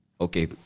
Okay